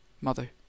Mother